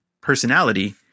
personality